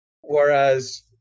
Whereas